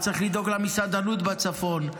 וצריך לדאוג למסעדנות בצפון,